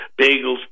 bagels